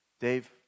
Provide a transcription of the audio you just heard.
Dave